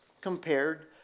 compared